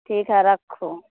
ठीक हइ राखू